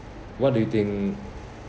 what do you think